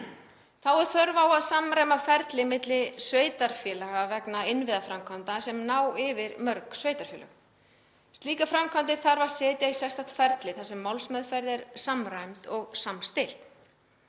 er þörf á að samræma ferli milli sveitarfélaga vegna innviðaframkvæmda sem ná yfir mörg sveitarfélög. Slíkar framkvæmdir þarf að setja í sérstakt ferli þar sem málsmeðferð er samræmd og samstillt.